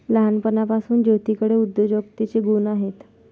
लहानपणापासून ज्योतीकडे उद्योजकतेचे गुण आहेत